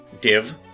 Div